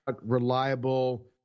reliable